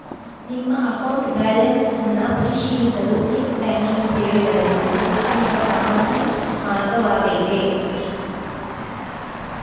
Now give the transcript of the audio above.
ನಿಮ್ಮ account balance ಅನ್ನ ಪರಿಶೀಲಿಸಲು ನೆಟ್ ಬ್ಯಾಂಕಿಂಗ್ ಸೇವೆ ಬಳಸುವುದು ಅತ್ಯಂತ ಸಾಮಾನ್ಯ ಮಾರ್ಗವಾಗೈತೆ